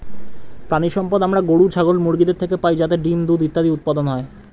প্রাণিসম্পদ আমরা গরু, ছাগল, মুরগিদের থেকে পাই যাতে ডিম্, দুধ ইত্যাদি উৎপাদন হয়